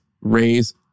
raise